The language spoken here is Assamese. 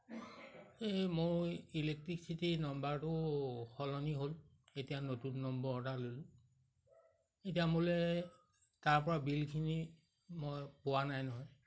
এই মোৰ ইলেক্ট্ৰিচিটিৰ নম্বৰটো সলনি হ'ল এতিয়া নতুন নম্বৰ অৰ্ডাৰ ল'লোঁ এতিয়া মোলে তাৰ পৰা বিলখিনি মই পোৱা নাই নহয়